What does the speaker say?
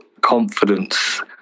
confidence